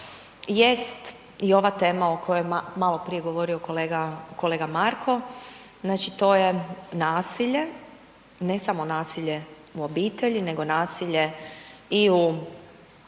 jest i ova tema o kojoj je maloprije govorio kolega Marko, znači to je nasilje. Ne samo nasilje u obitelji nego nasilje i u intimnim